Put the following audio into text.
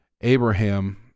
Abraham